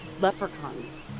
leprechauns